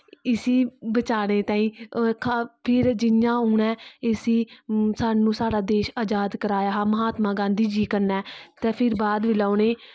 इसी बचाने तांई और फिर जि'यां उनें इसी स्हानू साढ़ा देश आजाद कराया हा महात्मा गांधी जी कन्नै ते फिर बाद जिसले उनेंगी